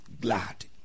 glad